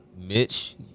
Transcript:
Mitch